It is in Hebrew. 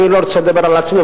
אני לא רוצה לדבר על עצמי,